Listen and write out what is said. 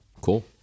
cool